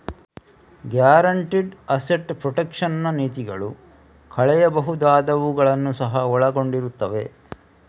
guaranteed asset protection ನ ನೀತಿಗಳು ಕಳೆಯಬಹುದಾದವುಗಳನ್ನು ಸಹ ಒಳಗೊಂಡಿರುತ್ತವೆ